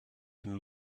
been